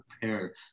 prepare